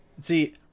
See